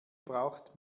braucht